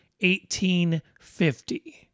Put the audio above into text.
1850